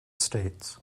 states